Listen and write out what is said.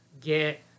get